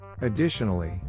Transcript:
Additionally